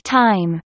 time